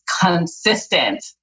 consistent